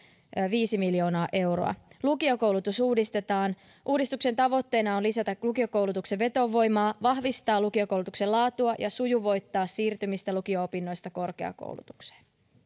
viisi miljoonaa euroa lukiokoulutus uudistetaan uudistuksen tavoitteena on lisätä lukiokoulutuksen vetovoimaa vahvistaa lukiokoulutuksen laatua ja sujuvoittaa siirtymistä lukio opinnoista korkeakoulutukseen